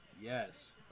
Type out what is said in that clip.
yes